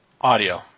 Audio